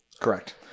Correct